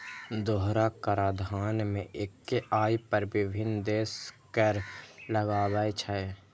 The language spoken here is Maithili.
दोहरा कराधान मे एक्के आय पर विभिन्न देश कर लगाबै छै